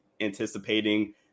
anticipating